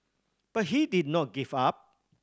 but he did not give up